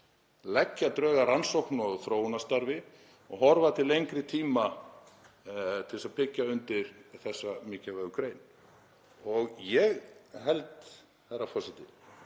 leggja drög að rannsóknum og þróunarstarfi og horfa til lengri tíma til að byggja undir þessa mikilvægu grein. Ég held, herra forseti,